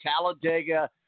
Talladega